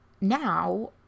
now